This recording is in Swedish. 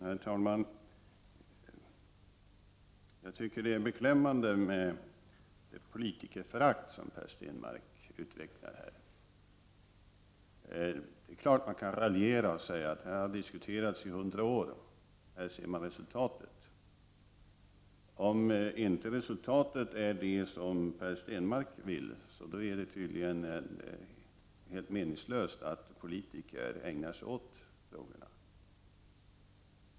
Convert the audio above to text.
Herr talman! Jag tycker att det är beklämmande med det politikerförakt som Per Stenmarck utvecklar här. Det är klart att man kan raljera och säga att nu har det diskuterats i 100 år och här ser vi resultatet. Om inte resultatet är det som Per Stenmarck vill, är det tydligen helt meningslöst att politiker ägnar sig åt frågorna.